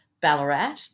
Ballarat